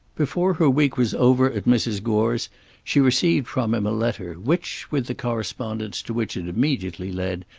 before her week was over at mrs. gore's she received from him a letter, which, with the correspondence to which it immediately led,